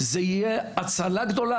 זה יהיה הצלה גדול,